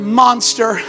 monster